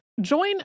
Join